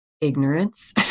Ignorance